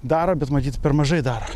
daro bet matyt per mažai dar